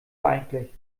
eigentlich